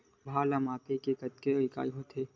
भार ला मापे के कतेक इकाई होथे?